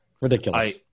Ridiculous